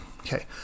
Okay